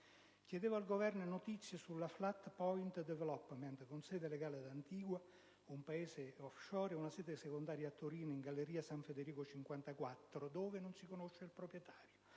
Chiedevo al Governo notizie sulla Flat Point Development, con sede legale ad Antigua, un Paese *offshore*, e una sede secondaria a Torino in galleria San Federico 54, di cui non si conosce il proprietario,